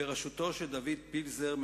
בראשותו של דוד פילזר,